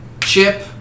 Chip